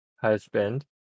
Husband